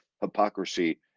hypocrisy